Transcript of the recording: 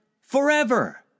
forever